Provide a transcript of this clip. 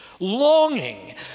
longing